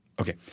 Okay